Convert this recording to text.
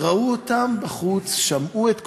ראו אותם בחוץ, שמעו את קולותיהם,